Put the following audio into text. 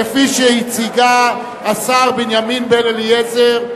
כפי שהציגהּ השר בנימין בן-אליעזר.